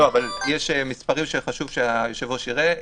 יש מספרים שחשוב שהיושב-ראש יראה.